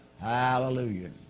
Hallelujah